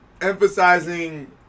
emphasizing